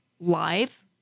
live